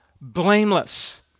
blameless